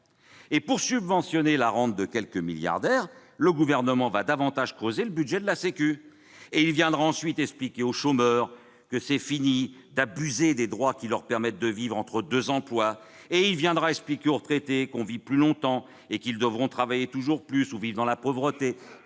Pour subventionner la rente de quelques milliardaires, le Gouvernement va davantage creuser le budget de la sécurité sociale et viendra ensuite expliquer aux chômeurs qu'ils ne doivent plus abuser des droits qui leur permettent de vivre entre deux emplois, aux futurs retraités qu'on vit plus longtemps et qu'ils devront donc travailler toujours plus ou vivre dans la pauvreté